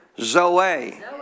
Zoe